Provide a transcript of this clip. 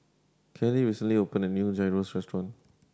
Kelley recently opened a new Gyros Restaurant